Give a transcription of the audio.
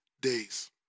days